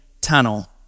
tunnel